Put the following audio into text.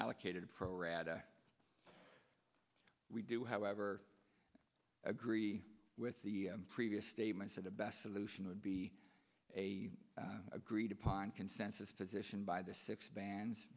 allocated for rad we do however agree with the previous statements that a best solution would be a agreed upon consensus position by the six bands